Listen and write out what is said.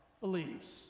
believes